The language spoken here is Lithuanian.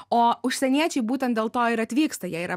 o užsieniečiai būtent dėl to ir atvyksta jie yra